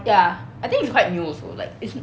ya I think it's quite new also like it's